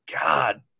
god